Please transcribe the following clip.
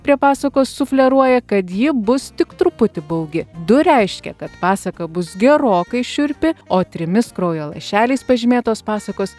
prie pasakos sufleruoja kad ji bus tik truputį baugi du reiškia kad pasaka bus gerokai šiurpi o trimis kraujo lašeliais pažymėtos pasakos